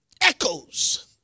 echoes